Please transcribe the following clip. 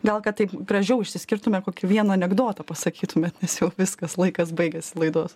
gal kad taip gražiau išsiskirtume kokį vieną anekdotą pasakytumėt nes jau viskas laikas baigėsi laidos